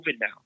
now